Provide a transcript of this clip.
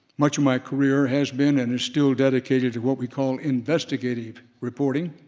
much of my career has been and is still dedicated to what we call investigative reporting,